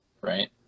right